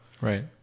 right